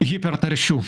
hiper taršių